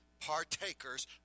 partakers